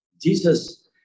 Jesus